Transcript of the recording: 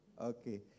Okay